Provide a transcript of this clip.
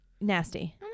Nasty